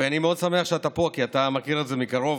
ואני מאוד שמח שאתה פה, כי אתה מכיר את זה מקרוב,